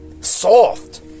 soft